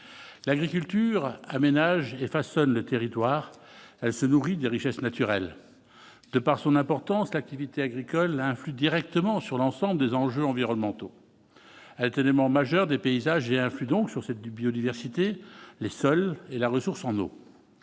l'agriculture aménage et façonne le territoire, elle se nourrit des richesses naturelles de par son importance, l'activité agricole influe directement sur l'ensemble des enjeux environnementaux elle tellement majeur des paysages et influe donc sur cette biodiversité les sols et la ressource en eau,